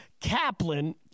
Kaplan